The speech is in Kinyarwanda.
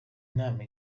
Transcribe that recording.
nama